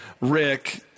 Rick